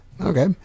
Okay